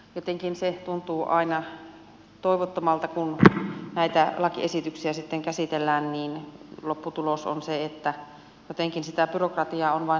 jotenkin se tuntuu aina toivottomalta kun näitä lakiesityksiä sitten käsitellään kun lopputulos on se että jotenkin sitä byrokratiaa on vain saatu lisää